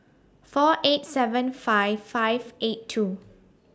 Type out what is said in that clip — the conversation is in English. four eight seven five five eight two